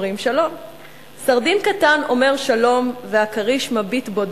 אומרים 'שלום'.// סרדין קטן אומר 'שלום' / והכריש מביט בו